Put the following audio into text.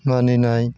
मानिनाय